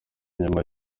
nyuma